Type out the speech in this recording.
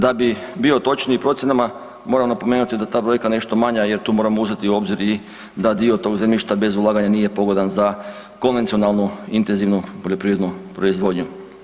Da bi bio točniji u procjenama, moram napomenuti da ta brojka nešto manja jer tu moramo uzeti u obzir da dio tog zemljišta bez ulaganja nije pogodan za konvencionalnu intenzivnu poljoprivrednu proizvodnju.